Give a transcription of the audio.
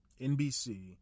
NBC